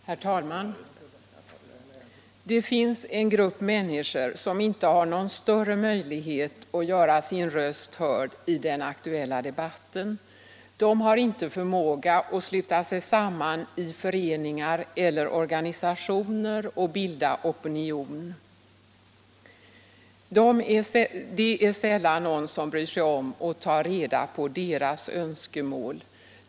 Herr talman! Det finns en grupp människor som inte har någon större möjlighet att göra sin röst hörd i den aktuella debatten. De har inte förmåga att sluta sig samman i föreningar eller organisationer och bilda opinion. Det är sällan någon som bryr sig om att ta reda på deras önskemål.